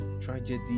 tragedy